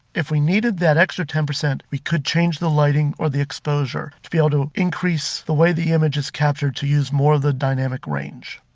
if we needed that extra ten percent we could change the lighting or the exposure to be able to increase the way the image is captured to use more the dynamic range.